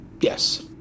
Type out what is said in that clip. yes